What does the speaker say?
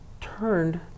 turned